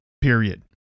Period